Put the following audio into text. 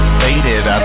faded